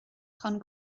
chun